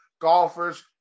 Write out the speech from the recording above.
golfers